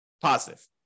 positive